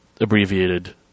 abbreviated